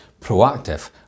proactive